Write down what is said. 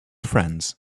friends